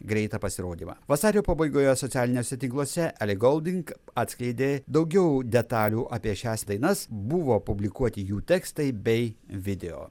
greitą pasirodymą vasario pabaigoje socialiniuose tinkluose eli golding atskleidė daugiau detalių apie šias dainas buvo publikuoti jų tekstai bei video